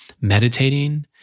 meditating